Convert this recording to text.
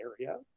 area